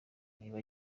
niba